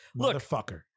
motherfucker